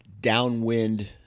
downwind